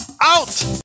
Out